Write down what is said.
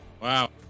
Wow